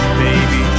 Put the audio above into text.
baby